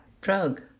drug